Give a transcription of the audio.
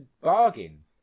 bargain